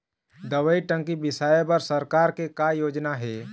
दवई टंकी बिसाए बर सरकार के का योजना हे?